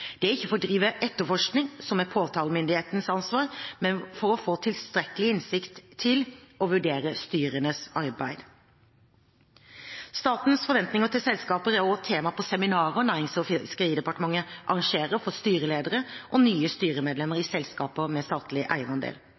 Det er ikke for å drive etterforskning, som er påtalemyndighetens ansvar, men for å få tilstrekkelig innsikt til å vurdere styrenes arbeid. Statens forventninger til selskaper er også tema på seminarer Nærings- og fiskeridepartementet arrangerer for styreledere og nye styremedlemmer i selskaper med statlig eierandel.